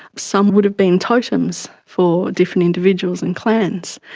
some would have been totems for different individuals and clans.